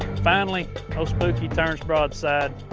finally old spooky turns broadside.